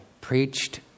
preached